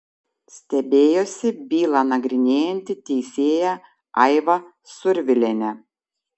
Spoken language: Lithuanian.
stebėjosi bylą nagrinėjanti teisėja aiva survilienė